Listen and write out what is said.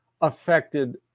affected